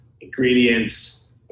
ingredients